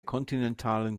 kontinentalen